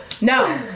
No